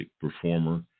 performer